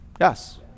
Yes